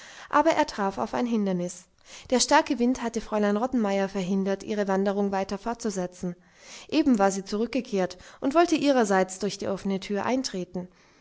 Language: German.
aber er traf auf ein hindernis der starke wind hatte fräulein rottenmeier verhindert ihre wanderung weiter fortzusetzen eben war sie zurückgekehrt und wollte ihrerseits durch die offene tür eintreten